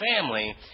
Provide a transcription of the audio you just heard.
family